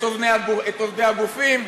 את עובדי הסוכנות, את עובדי הגופים.